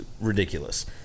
ridiculous